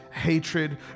hatred